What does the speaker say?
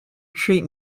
treat